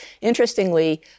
Interestingly